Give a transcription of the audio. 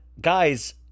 guys